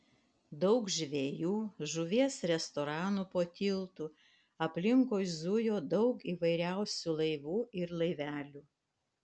daug žvejų žuvies restoranų po tiltu aplinkui zujo daug įvairiausių laivų ir laivelių